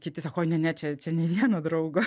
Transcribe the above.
kiti sako ne ne čia čia nė vieno draugo